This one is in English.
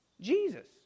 Jesus